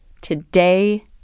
Today